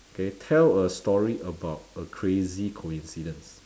okay tell a story about a crazy coincidence